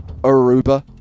Aruba